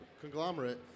conglomerate